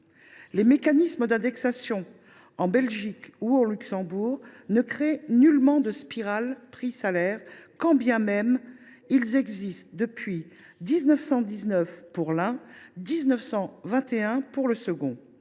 Les mécanismes d’indexation en Belgique ou au Luxembourg ne créent nullement de spirale prix salaires, quand bien même ils existent depuis respectivement 1919 et 1921.